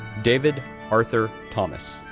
david arthur thomas,